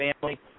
family